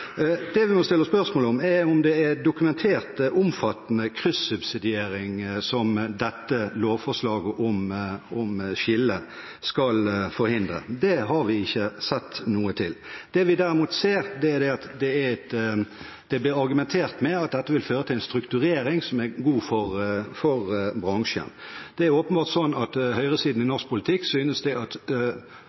Det vi må stille oss spørsmål om, er om det er dokumentert omfattende kryssubsidiering som dette lovforslaget om skille skal forhindre. Det har vi ikke sett noe til. Det vi derimot ser, er at det blir argumentert med at dette vil føre til en strukturering som er god for bransjen. Det er åpenbart sånn at høyresiden i norsk politikk synes at